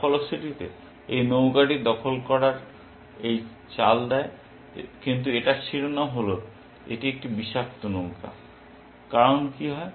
যার ফলশ্রুতিতে এই নৌকাকে দখল করার এই চাল দেয় কিন্তু এটার শিরোনাম বলে এটি একটি বিষাক্ত নৌকা কারণ কি হয়